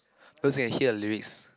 don't sing and hear the lyrics